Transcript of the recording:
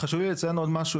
חשוב לי לציין עוד משהו